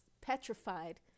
petrified